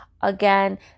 again